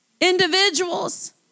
individuals